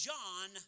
John